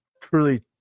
Truly